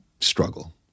struggle